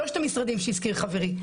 שלושת המשרדים שהזכיר חברי,